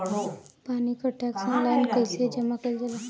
पानी क tax online कईसे जमा कईल जाला?